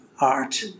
art